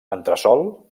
entresòl